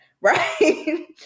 right